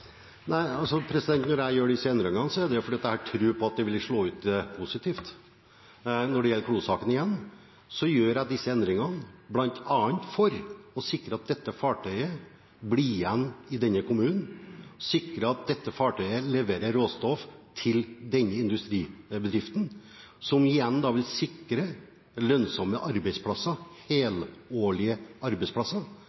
Når jeg gjør disse endringene, er det jo fordi jeg har tro på at det vil slå ut positivt. Når det gjelder Klo-saken – igjen – så gjør jeg disse endringene bl.a. for å sikre at dette fartøyet blir igjen i denne kommunen, for å sikre at dette fartøyet leverer råstoff til denne industribedriften, som igjen vil sikre lønnsomme, helårige arbeidsplasser.